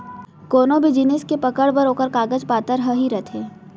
कोनो भी जिनिस के पकड़ बर ओखर कागज पातर ह ही रहिथे